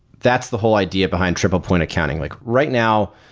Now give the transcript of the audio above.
that's the whole idea behind triple point accounting. like right now,